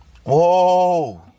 Whoa